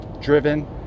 driven